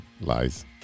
lies